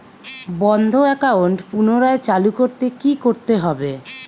বন্ধ একাউন্ট পুনরায় চালু করতে কি করতে হবে?